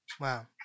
Wow